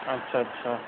ਅੱਛਾ ਅੱਛਾ